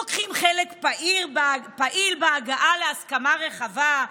לוקחים חלק פעיל בהגעה להסכמה רחבה.